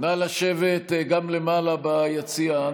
נא לשבת גם למעלה ביציע.